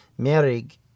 Merig